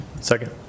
Second